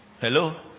Hello